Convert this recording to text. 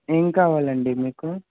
ఏం కావాలండి మీకు